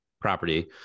property